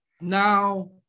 Now